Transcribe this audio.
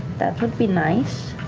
that would be nice.